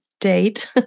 date